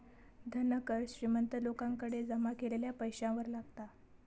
धन कर श्रीमंत लोकांकडे जमा केलेल्या पैशावर लागता